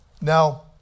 Now